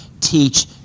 teach